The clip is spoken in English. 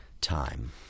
time